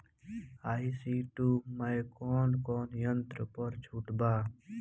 ई.सी टू मै कौने कौने यंत्र पर छुट बा?